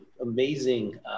amazing